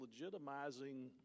legitimizing